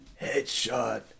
headshot